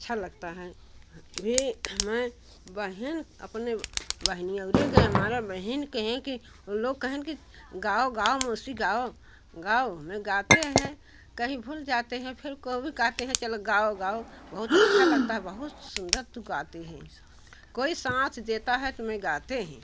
अच्छा लगता है वे में बहन अपने बहनेरी गये मारे बहन कहीं कि लोग कहन कि गाओ गाओ मौसी गाओ गाओ में गाते हैं कहीं भूल जाते है फिर को भी गाते हैं चलो गाओ गाओ बहुत अच्छा लगता है बहुत सुंदर तू गाती है कोई साथ लेता है तो मैं खाती हूँ